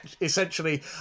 essentially